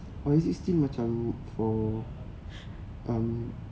or is it still macam for um